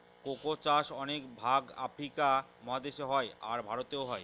cocoa চাষ অনেক ভাগ আফ্রিকা মহাদেশে হয়, আর ভারতেও হয়